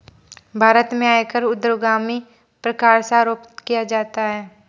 भारत में आयकर ऊर्ध्वगामी प्रकार से आरोपित किया जाता है